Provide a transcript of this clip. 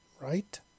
right